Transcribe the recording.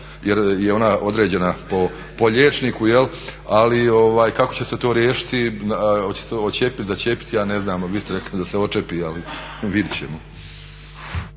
jer je ona određena po liječniku jel', ali kako će se to riješiti, hoće se odčepiti, začepiti ja ne znam, vi ste rekli da se odčepi ali vidjet ćemo.